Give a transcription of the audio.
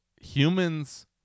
Humans